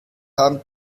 haben